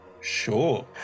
Sure